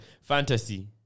Fantasy